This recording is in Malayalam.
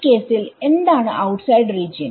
ഈ കേസിൽ എന്താണ് ഔട്ട്സൈഡ് റീജിയൻ